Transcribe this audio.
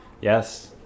Yes